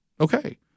okay